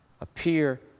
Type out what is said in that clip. appear